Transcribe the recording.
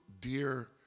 dear